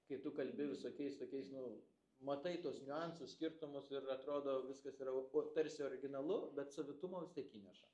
kai tu kalbi visokiais tokiais nu matai tuos niuansus skirtumus ir atrodo viskas yra o o tarsi originalu bet savitumo vis tiek įneša